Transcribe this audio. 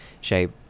shape